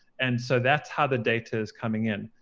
and so that's how the data is coming in.